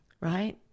Right